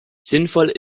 sinnvoll